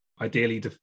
ideally